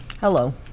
hello